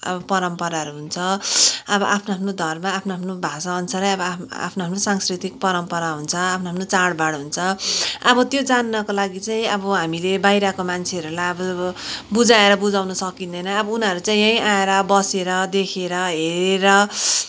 अब परम्पराहरू हुन्छ अब आफ्नो आफ्नो धर्म आफ्नो आफ्नो भाषाअनुसारै अब आफ आफ्नो आफ्नो सांस्कृतिक परम्परा हुन्छ आफ्नो आफ्नो चाडबाड हुन्छ अब त्यो जान्नको लागि चाहिँ अब हामीले बाहिरको मान्छेहरूलाई अब बुझाएर बुझाउन सकिँदैन अब उनीहरू चाहिँ यहीँ आएर बसेर देखेर हेरेर